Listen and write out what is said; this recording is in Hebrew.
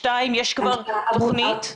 שניים, יש כבר תוכנית.